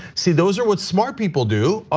see, those are what smart people do.